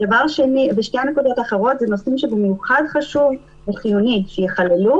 שתי הנקודות האחרות זה נושאים שבמיוחד חשוב וחיוני שייכללו,